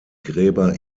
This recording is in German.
gräber